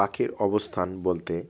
পাখির অবস্থান বলতে